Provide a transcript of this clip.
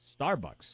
Starbucks